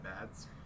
bads